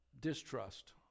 distrust